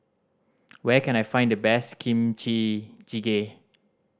where can I find the best Kimchi Jjigae